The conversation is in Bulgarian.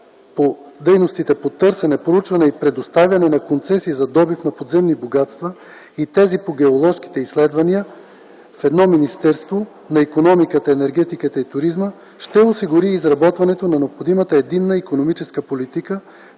дейностите по търсене, проучване и предоставяне на концесии за добив на подземни богатства и тези по геоложките изследвания в едно министерство – на икономиката, енергетиката и туризма, ще осигури изработването на необходимата единна икономическа политика,